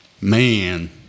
Man